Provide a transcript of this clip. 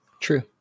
True